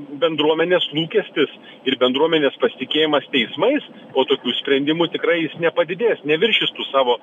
bendruomenės lūkestis ir bendruomenės pasitikėjimas teismais po tokių sprendimų tikrai jis nepadidės neviršys tų savo